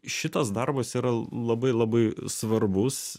šitas darbas yra labai labai svarbus